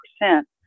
percent